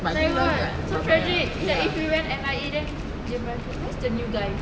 very what will be like so tragic like if you went M_I_A then they might where the new guy